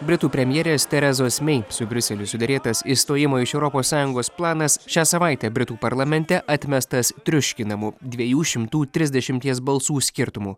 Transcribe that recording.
britų premjerės terezos mei su briuseliu suderėtas išstojimo iš europos sąjungos planas šią savaitę britų parlamente atmestas triuškinamu dviejų šimtų trisdešimties balsų skirtumu